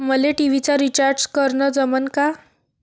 मले टी.व्ही चा रिचार्ज करन जमन का?